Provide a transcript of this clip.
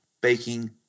baking